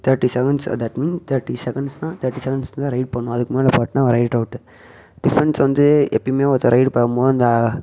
thirty sevens that mean thirty செகண்ட்ஸ்னால் thirty செகண்ட்ஸ்ல raid பண்ணும் அதுக்கு மேலே போட்னால் அவன் ரைட் அவுட்டு டிஃபன்ஸ் வந்து எப்போயுமே ஒருத்தன் ரைடு போகும்மோது இந்த